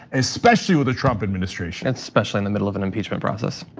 especially with the trump administration. and especially in the middle of an impeachment process.